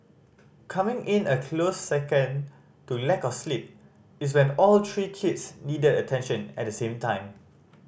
coming in a close second to lack of sleep is when all three kids need attention at the same time